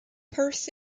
perth